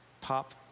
pop